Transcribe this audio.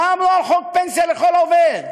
מה אמרו על חוק פנסיה לכל עובד?